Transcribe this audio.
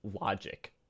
logic